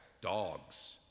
Dogs